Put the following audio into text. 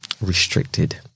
restricted